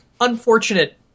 unfortunate